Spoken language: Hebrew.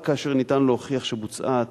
רק כאשר אפשר להוכיח שבוצעה העתקה,